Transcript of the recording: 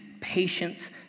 patience